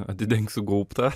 atidengsiu gaubtą